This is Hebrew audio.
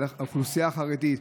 על האוכלוסייה החרדית,